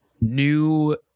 new